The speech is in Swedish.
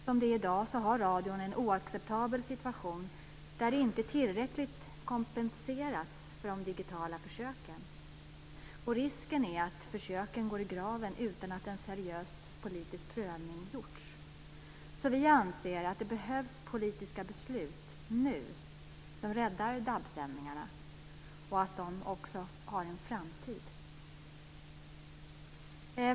Som det är i dag har radion en oacceptabel situation där man inte har kompenserats tillräckligt för de digitala försöken. Risken är att försöken går i graven utan att en seriös politisk prövning har gjorts. Vi anser att det behövs politiska beslut nu som räddar DAB sändningarna, så att de också har en framtid.